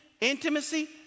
intimacy